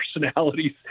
personalities